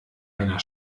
einer